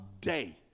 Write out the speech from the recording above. day